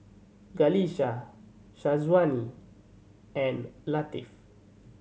Qalisha Syazwani and Latif